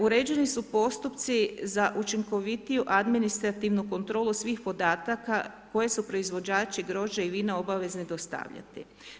Uređeni su postupci za učinkovitiju administrativnu kontrolu svih podataka koje su proizvođači grožđa i vina obavezni dostavljati.